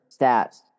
stats